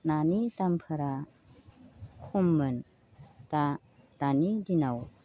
नानि दामफोरा खममोन दा दानि दिनाव